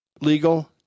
legal